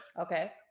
okay